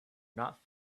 not